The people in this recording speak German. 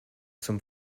zum